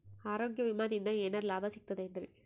ಆರೋಗ್ಯ ವಿಮಾದಿಂದ ಏನರ್ ಲಾಭ ಸಿಗತದೇನ್ರಿ?